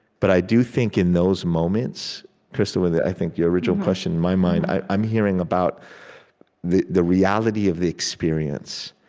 but i do think, in those moments krista, with, i think the original question in my mind, i'm hearing about the the reality of the experience.